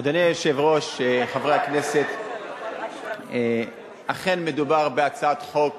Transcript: אדוני היושב-ראש, חברי הכנסת, אכן מדובר בהצעת חוק